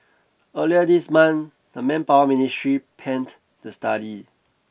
earlier this month the Manpower Ministry panned the study